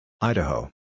Idaho